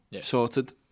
sorted